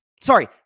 Sorry